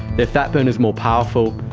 their fat burners more powerful,